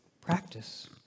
practice